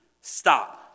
stop